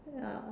ya